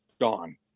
gone